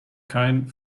kein